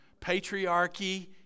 Patriarchy